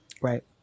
Right